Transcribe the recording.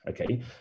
Okay